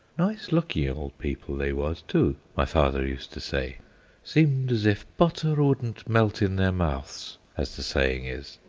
nice-looking old people they was too, my father used to say seemed as if butter wouldn't melt in their mouths, as the saying is.